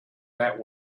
that